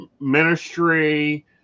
ministry